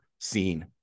seen